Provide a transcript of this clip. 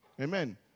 Amen